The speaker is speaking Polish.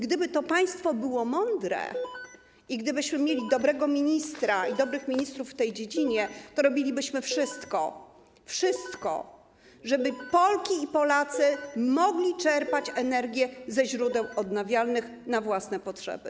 Gdyby więc to państwo było mądre i gdybyśmy mieli dobrego ministra i dobrych ministrów w tej dziedzinie, to robilibyśmy wszystko, żeby Polki i Polacy mogli czerpać energię ze źródeł odnawialnych na własne potrzeby.